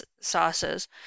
sauces